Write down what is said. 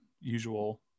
usual